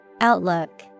Outlook